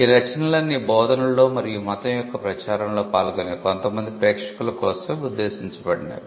ఈ రచనలన్నీ బోధనలో మరియు మతం యొక్క ప్రచారంలో పాల్గొనే కొంతమంది ప్రేక్షకుల కోసం ఉద్దేశించబడినవి